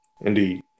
Indeed